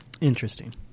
Interesting